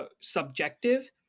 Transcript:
subjective